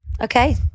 Okay